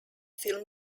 film